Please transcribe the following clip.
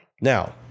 Now